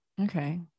okay